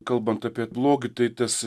kalbant apie blogį tai tas